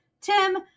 Tim